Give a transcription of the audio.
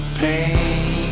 pain